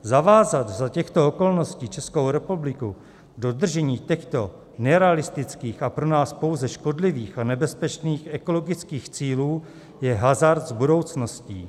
Zavázat za těchto okolností Českou republiku k dodržení těchto nerealistických a pro nás pouze škodlivých a nebezpečných ekologických cílů je hazard s budoucností.